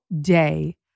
day